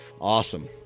Awesome